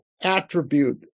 attribute